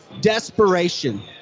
Desperation